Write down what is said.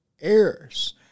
Errors